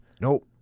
Nope